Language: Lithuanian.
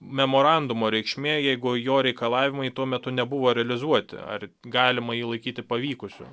memorandumo reikšmė jeigu jo reikalavimai tuo metu nebuvo realizuoti ar galima jį laikyti pavykusiu